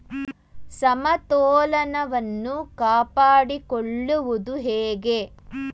ಸಮತೋಲನವನ್ನು ಕಾಪಾಡಿಕೊಳ್ಳುವುದು ಹೇಗೆ?